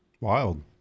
Wild